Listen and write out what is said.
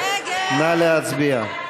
נא להצביע.